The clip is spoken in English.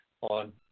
on